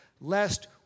lest